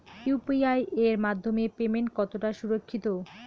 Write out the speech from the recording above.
UPI এর মাধ্যমে payment কতটা সুরক্ষিত?